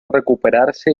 recuperarse